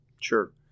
Sure